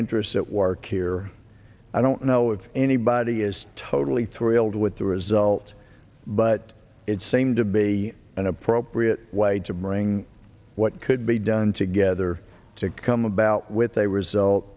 interests that work here i don't know if anybody is totally thrilled with the result but it seemed to be an appropriate way to bring what could be done together to come about with a result